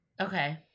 Okay